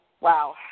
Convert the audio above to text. Wow